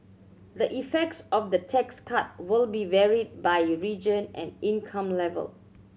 the effects of the tax cut will be varied by region and income level